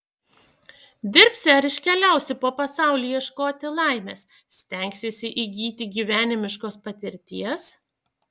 dirbsi ar iškeliausi po pasaulį ieškoti laimės stengsiesi įgyti gyvenimiškos patirties